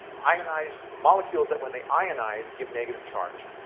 ionized, molecules that when they ionize give negative charge.